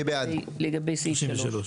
לגבי סעיף (3).